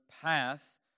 path